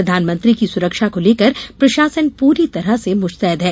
प्रधानमंत्री की सुरक्षा को लेकर प्रशासन पूरी तरह से मुस्तैद है